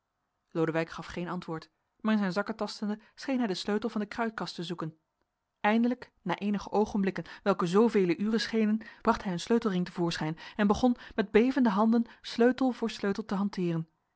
lodewijk gaf geen antwoord maar in zijn zakken tastende scheen hij den sleutel van de kruitkast te zoeken eindelijk na eenige oogenblikken welke zoovele uren schenen bracht hij een sleutelring te voorschijn en begon met bevende handen sleutel voor sleutel te hanteeren